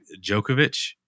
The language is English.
Djokovic